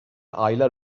aylar